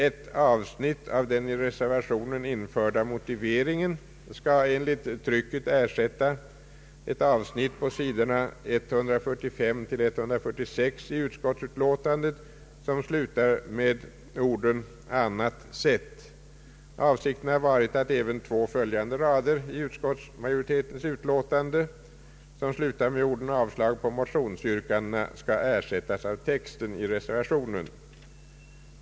Ett avsnitt av den i reservationen anförda motiveringen skall enligt trycket ersätta ett avsnitt på sidorna 145—146 i utskottsutlåtandet som slutar med orden ”annat sätt”. Avsikten har varit att även de två följande raderna i utskottsmajoritetens utlåtande som slutar med orden ”avslag på motionsyrkandena” skall ersättas av texten i reservationen.